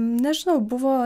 nežinau buvo